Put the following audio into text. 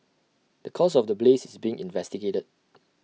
the cause of the blaze is being investigated